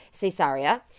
Caesarea